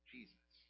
Jesus